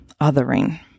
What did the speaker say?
othering